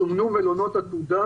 יהיו מלונות עתודה